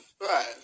Right